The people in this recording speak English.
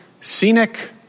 Scenic